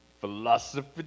Philosophy